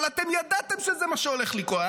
אבל אתם ידעתם שזה מה שהולך לקרות,